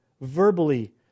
verbally